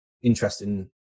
interesting